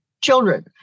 children